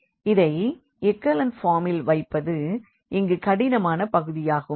இதை எக்கலன் ஃபார்மில் வைப்பது இங்கு கடினமான பகுதியாகும்